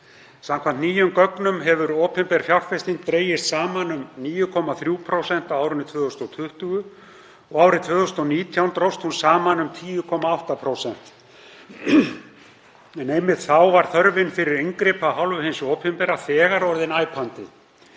Samkvæmt nýjum gögnum hefur opinber fjárfesting dregist saman um 9,3% á árinu 2020 og á árinu 2019 dróst hún saman um 10,8%, en einmitt þá var þörfin fyrir inngrip af hálfu hins opinbera þegar orðin æpandi,